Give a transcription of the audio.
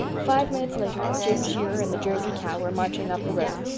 five minutes later jim shearer and the jersey cow were marching up the road,